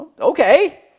Okay